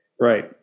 right